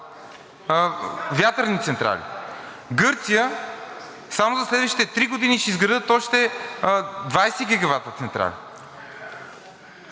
вятърни централи. В Гърция само за следващите три години ще изградят още 20 гигавата централи.